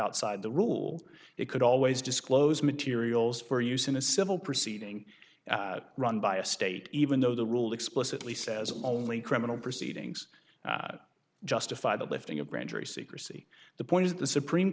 outside the rules it could always disclose materials for use in a civil proceeding run by a state even though the rule explicitly says only criminal proceedings justify the lifting of grand jury secrecy the point is the supreme